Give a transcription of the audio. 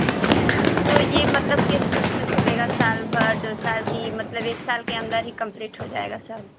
जी तो ये मतलब केस कब तक चलेगा साल भर दो साल की मतलब एक साल के अंदर ही कंप्लीट हो जाएगा सब